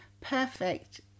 perfect